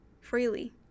freely